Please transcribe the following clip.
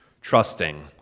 Trusting